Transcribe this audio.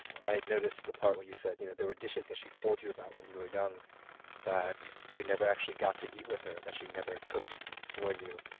i had noticed the part where you said you know there were dishes that she told you about when you were young that you never actually got to eat with her, that she never cooked for you.